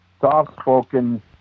soft-spoken